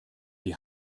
die